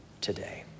today